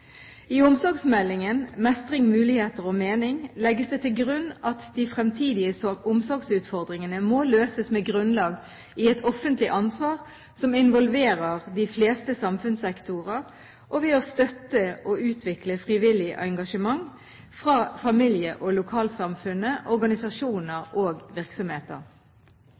I omsorgsmeldingen, Mestring, muligheter og mening, legges det til grunn at de fremtidige omsorgsutfordringene må løses med grunnlag i et offentlig ansvar som involverer de fleste samfunnssektorer, og ved å støtte og utvikle frivillig engasjement fra familie og lokalsamfunnet, organisasjoner og virksomheter.